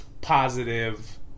positive